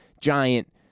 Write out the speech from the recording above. giant